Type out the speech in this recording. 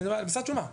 משרד שומה.